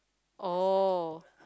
oh